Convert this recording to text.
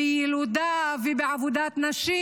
בילודה ובעבודת נשים,